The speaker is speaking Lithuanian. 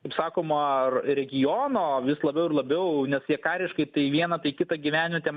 kaip sakoma regiono vis labiau ir labiau nes jie kariškai tai vieną tai kitą gyvenvietę